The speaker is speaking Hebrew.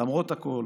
למרות הכול